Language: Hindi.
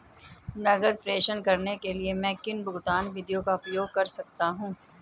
नकद प्रेषण करने के लिए मैं किन भुगतान विधियों का उपयोग कर सकता हूँ?